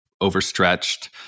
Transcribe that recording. overstretched